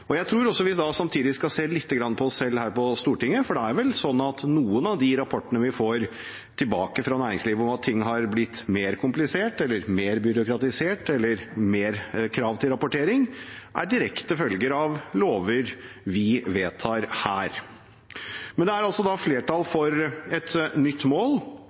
veien. Jeg tror vi samtidig skal se lite grann på oss selv her på Stortinget, for det er vel sånn at noen av de rapportene vi får tilbake fra næringslivet om at ting har blitt mer komplisert eller mer byråkratisert, eller at det er flere krav til rapportering, er direkte følger av lover vi vedtar her. Det er altså flertall for et nytt mål.